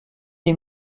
des